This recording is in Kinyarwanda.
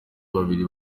babiri